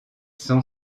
sans